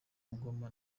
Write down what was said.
ngoma